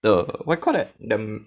the what do you call that the